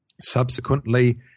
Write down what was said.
subsequently